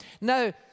Now